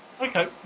Okay